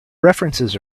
references